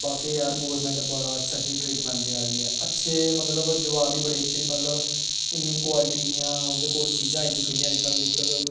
बाकेआ यार गौरमैंट बड़ा अच्छा स्हेई ट्रीटमैंट देआ दी ऐ अच्छे मतलब जवाब गी बड़े अच्छे मतलब इन्नी क्वालिटी दियां उं'दे कोल चीजां आई चुकी दियां अज्जकल दिक्खेओ तुस